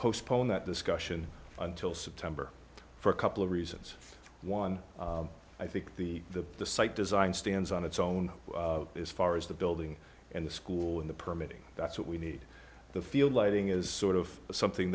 postponed that discussion until september for a couple of reasons one i think the the the site design stands on its own as far as the building and the school in the permitting that's what we need the field lighting is sort of something